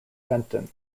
fenton